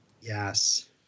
Yes